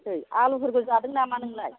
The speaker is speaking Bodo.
आलुफोरबो जादों नामा नोंलाय